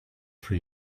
for